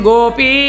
Gopi